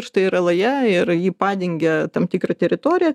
ir tai yra laja ir ji padengia tam tikrą teritoriją